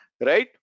right